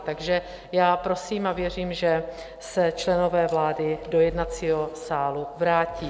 Takže já prosím a věřím, že se členové vlády do jednacího sálu vrátí.